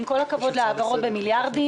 עם כל הכבוד להעברות במיליארדים,